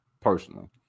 personally